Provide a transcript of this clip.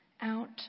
out